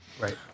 Right